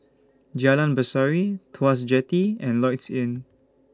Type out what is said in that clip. Jalan Berseri Tuas Jetty and Lloyds Inn